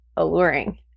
alluring